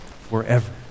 forever